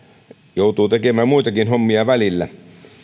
joutuu tekemään muitakin hommia välillä